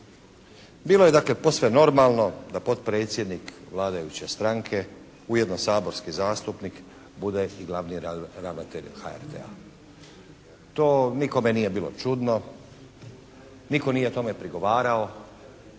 Bilo je dakle posve normalno da potpredsjednik vladajuće stranke, ujedno saborski zastupnik bude i glavni ravnatelj HRT-a. To nikome nije bilo čudno, nitko nije tome prigovarao,